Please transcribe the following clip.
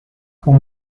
pour